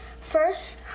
First